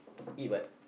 eat what